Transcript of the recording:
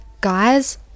guys